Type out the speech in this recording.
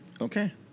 Okay